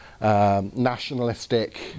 nationalistic